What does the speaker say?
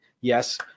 yes